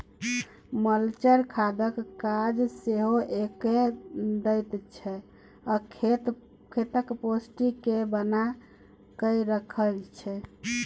mulch खादक काज सेहो कए दैत छै आ खेतक पौष्टिक केँ बना कय राखय छै